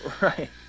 right